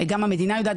גם המדינה יודעת,